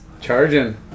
Charging